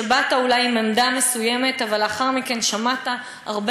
שבאת אולי עם עמדה מסוימת,